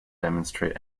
demonstrate